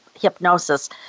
hypnosis